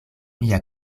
mia